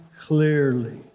clearly